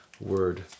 word